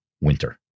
winter